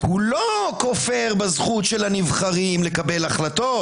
הוא לא כופר בזכות הנבחרים לקבל החלטות,